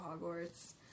Hogwarts